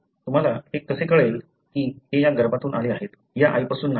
तुम्हाला हे कसे कळेल की हे या गर्भातून आले आहेत या आईपासून नाही